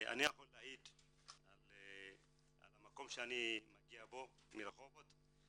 אני יכול להעיד על המקום שאני מגיע ממנו, מרחובות.